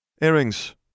Earrings